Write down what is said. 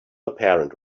apparent